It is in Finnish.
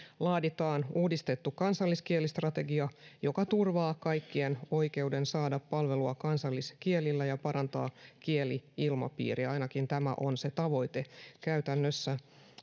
laaditaan uudistettu kansalliskielistrategia joka turvaa kaikkien oikeuden saada palvelua kansalliskielillä ja parantaa kieli ilmapiiriä ainakin tämä on se tavoite käytännössä